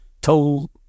told